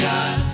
God